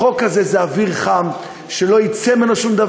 החוק הזה זה אוויר חם שלא יצא ממנו שום דבר,